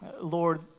Lord